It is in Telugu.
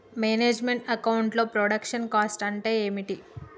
మేనేజ్ మెంట్ అకౌంట్ లో ప్రొడక్షన్ కాస్ట్ అంటే ఏమిటి?